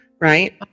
Right